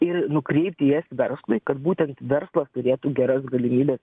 ir nukreipti jas verslui kad būtent verslas turėtų geras galimybes